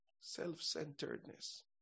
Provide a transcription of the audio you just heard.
Self-centeredness